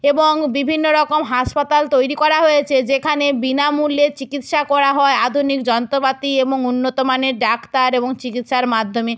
এবং বিভিন্ন রকম হাসপাতাল তৈরি করা হয়েছে যেখানে বিনামূল্যে চিকিৎসা করা হয় আধুনিক যন্ত্রপাতি এবং উন্নত মানের ডাক্তার এবং চিকিৎসার মাধ্যমে